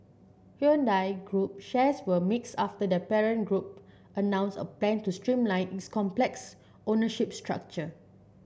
Hyundai Group shares were mixed after their parent group announced a plan to streamline its complex ownership structure